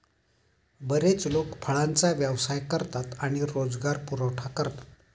बरेच लोक फळांचा व्यवसाय करतात आणि रोजगार पुरवठा करतात